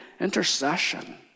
intercession